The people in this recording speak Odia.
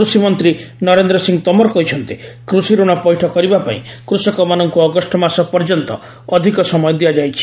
କୃଷିମନ୍ତ୍ରୀ ନରେନ୍ଦ୍ର ସିଂହ ତୋମର କହିଛନ୍ତି କୃଷିରଣ ପୈଠ କରିବାପାଇଁ କୃଷକମାନଙ୍କୁ ଅଗଷ୍ଟ ମାସ ପର୍ଯ୍ୟନ୍ତ ଅଧିକ ସମୟ ଦିଆଯାଇଛି